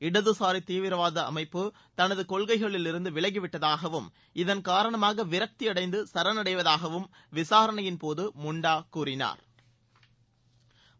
இடதுசாரி தீவிரவாதி அமைப்பு தனது கொள்கைகளிலிருந்து விலகிவிட்டதாகவும் இந்த கொள்கை காரணமாக வரக்தி அடைந்து சரணடைவதாகவும் விசாரணையின்போது முண்டா கூறினாா்